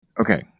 Okay